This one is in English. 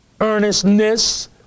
earnestness